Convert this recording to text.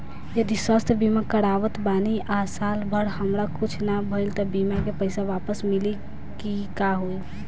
जदि स्वास्थ्य बीमा करावत बानी आ साल भर हमरा कुछ ना भइल त बीमा के पईसा वापस मिली की का होई?